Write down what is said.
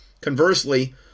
Conversely